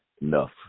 enough